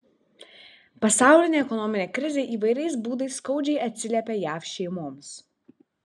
pasaulinė ekonominė krizė įvairiais būdais skaudžiai atsiliepia jav šeimoms